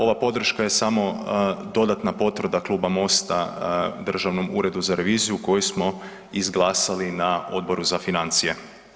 Ova podrška je samo dodatna potvrda kluba Mosta Državnom uredu za reviziju koju smo izglasali na Odboru za financije.